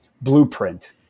blueprint